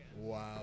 Wow